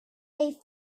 they